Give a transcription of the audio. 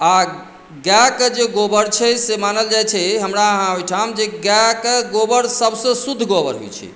आ गाय के जे गोबर छै से मानल जाइत छै हमरा अहाँ ओहिठाम जे गाय के गोबर सबसॅं शुद्ध गोबर होइत छै